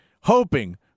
hoping –